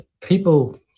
people